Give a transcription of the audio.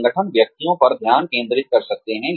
संगठन व्यक्तियों पर ध्यान केंद्रित कर सकते हैं